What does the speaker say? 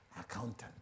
accountant